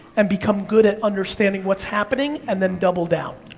and become good at understanding what's happening, and then double down.